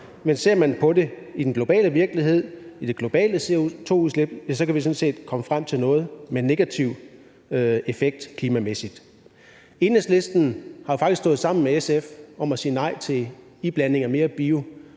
men ser man på det i den globale virkelighed, på det globale CO2-udslip, kan vi sådan set komme frem til noget med negativ effekt klimamæssigt. Enhedslisten har faktisk stået sammen med SF om at sige nej til iblanding af mere